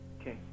Okay